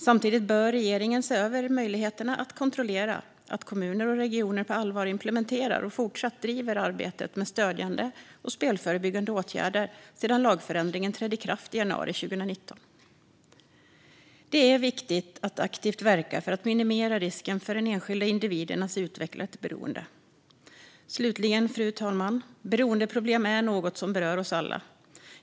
Samtidigt bör regeringen se över möjligheten att kontrollera att kommuner och regioner på allvar implementerar och fortsatt driver arbetet med stödjande och spelförebyggande åtgärder sedan lagändringen trädde i kraft i januari 2019. Det är viktigt att aktivt verka för att minimera risken för att den enskilda individen utvecklar ett beroende. Slutligen, fru talman: Beroendeproblem är något som berör oss alla.